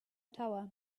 tower